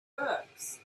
books